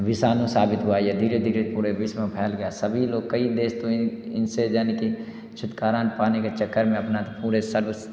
विषाणु साबित हुआ ये धीरे धीरे पूरे विश्व में फैल गया सभी लोग कई देश तो इनसे यानि कि छुटकारा पाने के चक्कर में अपना त पूरे